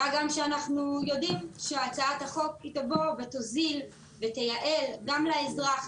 אנחנו יודעים שהצעת החוק תוזיל ותייעל גם לאזרח.